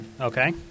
Okay